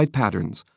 patterns